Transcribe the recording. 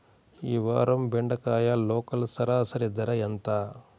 ఈ వారం బెండకాయ లోకల్ సరాసరి ధర ఎంత?